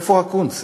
איפה הקונץ?